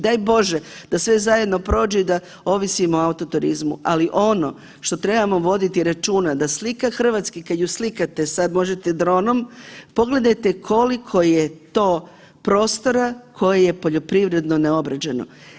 Daj Bože da sve zajedno prođe i da ovisimo o autoturizmu, ali ono što trebamo voditi računa da slika Hrvatske kad ju slikate sad možete dronom, pogledajte koliko je to prostora koje je poljoprivredno neobrađeno.